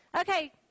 Okay